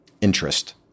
interest